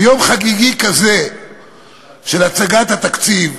ביום חגיגי כזה של הצגת התקציב,